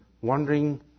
wondering